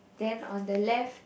then on the left